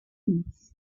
means